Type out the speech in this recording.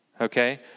okay